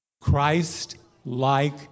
Christ-like